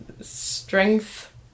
strength